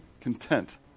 content